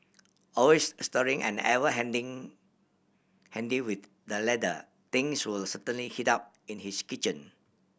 always stirring and ever handing handy with the ladle things will certainly heat up in his kitchen